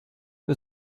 wir